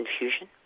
infusion